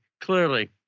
clearly